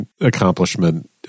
accomplishment